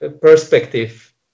perspective